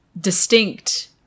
distinct